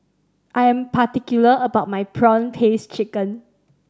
I am particular about my prawn paste chicken